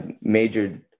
majored